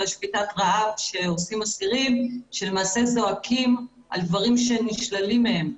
שביתת רעב שעושים אסירים שלמעשה זועקים על דברים שנשללים מהם.